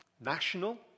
national